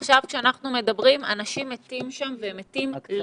עכשיו כשאנחנו מדברים אנשים מתים שם והם מתים לבד.